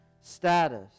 status